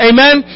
Amen